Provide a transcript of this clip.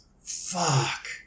Fuck